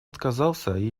отказался